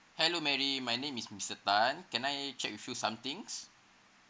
hello mary my name is mister tan can I check with you some things